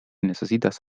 necesitas